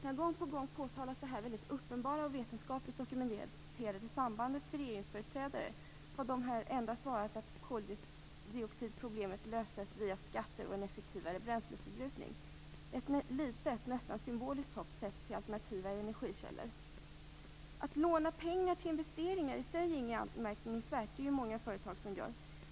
När jag gång på gång påtalat detta uppenbara och vetenskapligt dokumenterade sambandet för regeringsföreträdare har de endast svarat att koldioxidproblemet löses via skatter och en effektivare bränsleförbrukning. Ett litet nästan symboliskt hopp sätts till alternativa energikällor. Att låna pengar till investeringar är i sig inget anmärkningsvärt. Det är det ju många företag som gör.